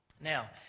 now